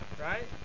Right